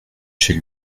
chez